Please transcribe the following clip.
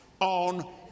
on